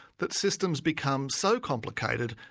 that systems become so complicated,